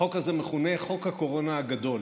החוק הזה מכונה "חוק הקורונה הגדול",